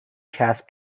کسب